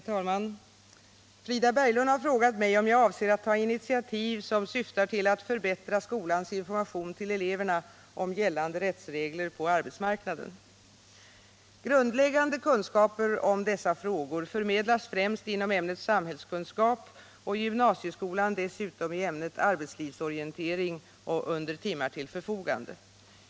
Herr talman! Frida Berglund har frågat mig om jag avser att ta initiativ som syftar till att förbättra skolans information till eleverna om gällande rättsregler på arbetsmarknaden. Grundläggande kunskaper om dessa frågor förmedlas främst inom ämnet samhällskunskap och i gymnasieskolan dessutom i ämnet arbetslivsorientering samt under timmar till förfogande.